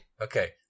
Okay